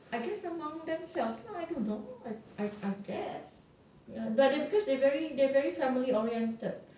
I guess among themselves lah I guess but they're very they're very they're very family oriented